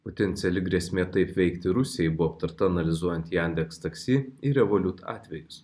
potenciali grėsmė taip veikti rusijai buvo aptarta analizuojant jandeks taksi ir revolut atvejus